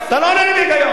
אתה לא עונה לי בהיגיון.